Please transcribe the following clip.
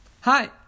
Hi